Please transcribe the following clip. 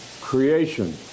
creation